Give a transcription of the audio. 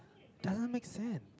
doesn't make sense